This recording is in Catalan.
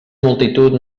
multitud